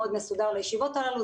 מאוד מסודר לישיבות הללו,